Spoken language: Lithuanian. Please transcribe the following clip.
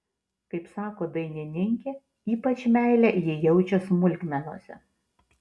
kaip sako dainininkė ypač meilę ji jaučia smulkmenose